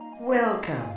welcome